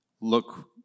look